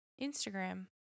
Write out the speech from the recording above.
Instagram